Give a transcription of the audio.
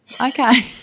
Okay